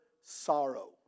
sorrow